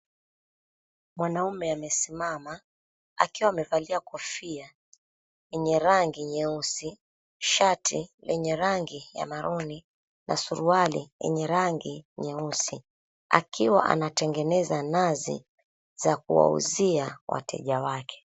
Mwanaume amesimama akiwa amevalia kofia yenye rangi nyeusi, shati lenye rangi ya maruni na surwali yenye rangi nyeusi akiwa anatengeneza nazi za kuwauzia wateja wake.